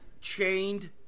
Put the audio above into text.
chained